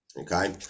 okay